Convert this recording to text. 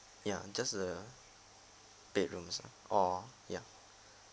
ya just the bedrooms lah or ya